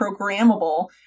programmable